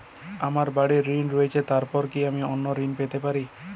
আমার বাড়ীর ঋণ রয়েছে এরপর কি অন্য ঋণ আমি পেতে পারি?